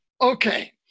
Okay